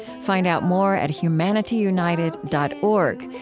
find out more at humanityunited dot org,